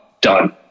done